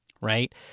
Right